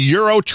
Euro